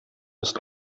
ist